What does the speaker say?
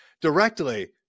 directly